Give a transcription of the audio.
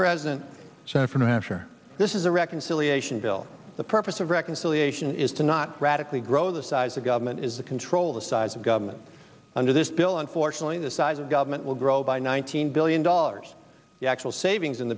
president so for new hampshire this is a reconciliation bill the purpose of reconciliation is to not radically grow the size of government is to control the size of government under this bill unfortunately the size of government will grow by nine hundred billion dollars the actual savings